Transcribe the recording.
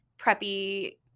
preppy